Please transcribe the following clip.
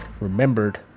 remembered